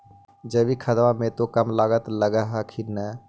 जैकिक खदबा मे तो कम लागत लग हखिन न?